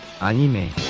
anime